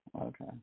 Okay